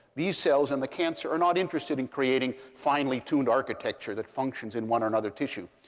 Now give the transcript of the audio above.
these cells in the cancer are not interested in creating finely tuned architecture that functions in one or another tissue.